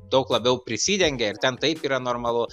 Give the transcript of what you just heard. daug labiau prisidengia ir ten taip yra normalu